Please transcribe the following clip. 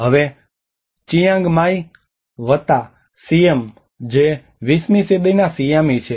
અને હવે Chiang Mai વત્તા સિયમ જે 20 મી સદીના સિયામી છે